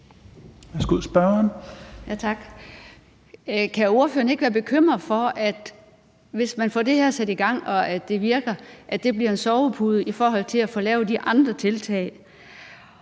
Kan ordføreren ikke være bekymret for, at hvis man får det her sat i gang og det virker, bliver det en sovepude i forhold til at få lavet de andre tiltag?